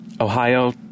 Ohio